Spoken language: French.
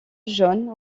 jaune